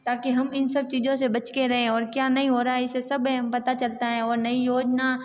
ताकि हम इन सब चीज़ों से बच के रहें और क्या नहीं हो रहा है इसे सब पता चलता है और नई योजना